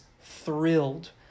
thrilled